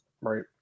right